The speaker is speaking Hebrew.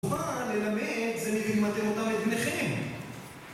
זאת אומרת, ללמד זה נגיד למתן אותה לבניכם